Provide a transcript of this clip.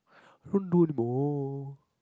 I don't want to do anymore